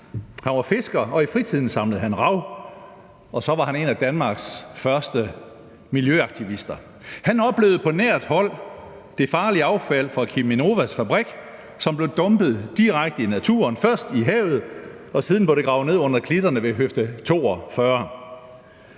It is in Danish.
Han var fisker, og i fritiden samlede han rav. Og så var han en af Danmarks første miljøaktivister. Han oplevede på nært hold det farlige affald fra Cheminovas fabrik, som blev dumpet direkte i naturen, først i havet, og siden blev det gravet ned under klitterne ved høfde 42.